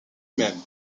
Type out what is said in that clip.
même